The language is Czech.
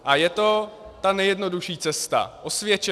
A je to ta nejjednodušší cesta, osvědčená.